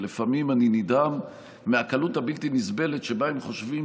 כי לפעמים אני נדהם מהקלות הבלתי-נסבלת שבה הם חושבים